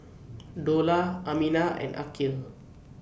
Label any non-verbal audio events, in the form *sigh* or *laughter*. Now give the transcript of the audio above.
*noise* Dollah Aminah and Aqil